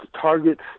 Targets